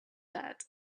that